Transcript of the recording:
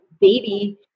baby